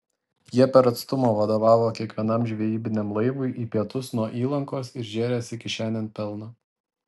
jie per atstumą vadovavo kiekvienam žvejybiniam laivui į pietus nuo įlankos ir žėrėsi kišenėn pelną